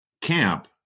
camp